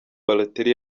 balotelli